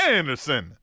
Anderson